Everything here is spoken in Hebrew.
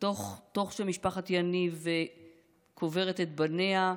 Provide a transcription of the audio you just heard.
ותוך שמשפחת יניב קוברת את בניה,